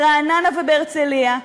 ברעננה ובהרצליה,